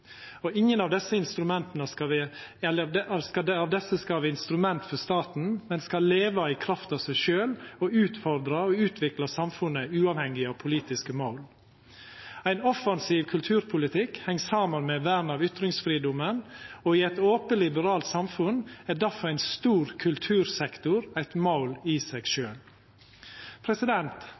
debatt. Ingen av desse skal vera instrument for staten, men skal leva i kraft av seg sjølve og utfordra og utvikla samfunnet uavhengig av politiske mål. Ein offensiv kulturpolitikk heng saman med vern av ytringsfridomen, og i eit ope, liberalt samfunn er difor ein stor kultursektor eit mål i seg